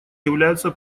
являются